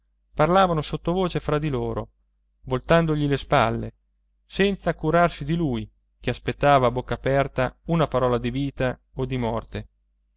parlavano sottovoce fra di loro voltandogli le spalle senza curarsi di lui che aspettava a bocca aperta una parola di vita o di morte